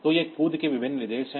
तो ये जंप के विभिन्न निर्देश हैं